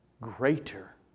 greater